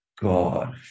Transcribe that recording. god